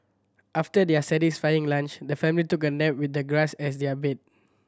after their satisfying lunch the family took a nap with the grass as their bed